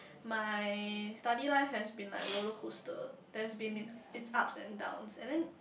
my study life has been like roller coaster there has been it its ups and downs and then